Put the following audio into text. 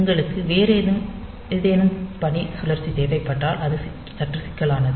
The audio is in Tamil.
உங்களுக்கு வேறு ஏதேனும் பணிசுழற்சி தேவைப்பட்டால் அது சற்று சிக்கலானது